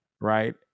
right